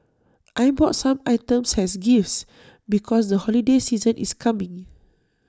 I bought some items as gifts because the holiday season is coming